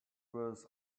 was